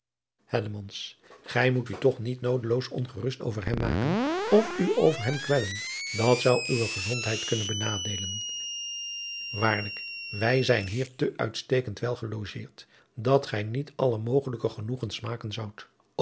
gij moet u toch niet noodeloos ongerust over hem maken of u over hem kwellen dat zou uwe gezondheid kunnen benadeelen waarlijk wij zijn hier te uitstekend wel gelogeerd dan dat gij niet alle mogelijke genoegens smaken zoudt